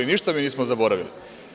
Ništa mi nismo zaboravili.